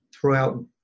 throughout